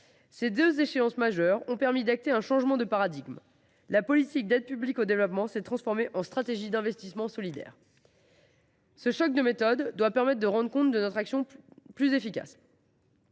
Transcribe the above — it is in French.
Ces deux échéances majeures ont permis d’acter un changement de paradigme : la politique d’aide publique au développement s’est transformée en stratégie d’investissement solidaire. Ce choc de méthode doit permettre de rendre notre action plus efficace.